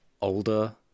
older